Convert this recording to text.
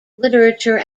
literature